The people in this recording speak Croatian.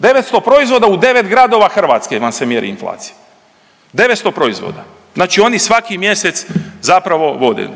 900 proizvoda u 9 gradova Hrvatske vam se mjeri inflacija, 900 proizvoda. Znači oni svaki mjesec zapravo vode.